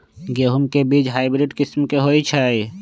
गेंहू के बीज हाइब्रिड किस्म के होई छई?